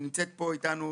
נמצאת פה איתנו